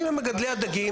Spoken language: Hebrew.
אני ממגדלי הדגים.